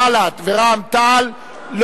בל"ד ורע"ם-תע"ל,